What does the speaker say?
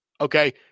okay